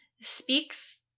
speaks